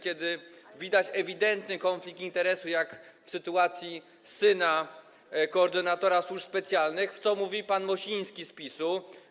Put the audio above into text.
Kiedy widać ewidentny konflikt interesu, jak w sytuacji syna koordynatora służb specjalnych, co mówi pan Mosiński z PiS-u?